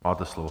Máte slovo.